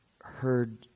heard